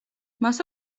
მას